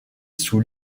sous